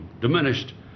diminished